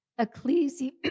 Ecclesi